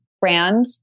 brand